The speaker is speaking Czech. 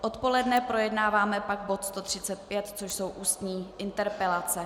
Odpoledne projednáváme pak bod 135, což jsou ústní interpelace.